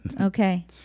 Okay